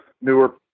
newer